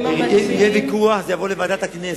אם יהיה ויכוח, זה יעבור לוועדת הכנסת.